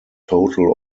total